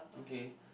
okay